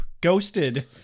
ghosted